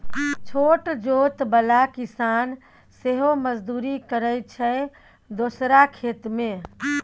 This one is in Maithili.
छोट जोत बला किसान सेहो मजदुरी करय छै दोसरा खेत मे